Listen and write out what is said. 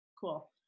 Cool